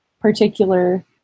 particular